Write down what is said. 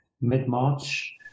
mid-March